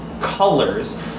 colors